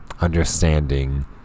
understanding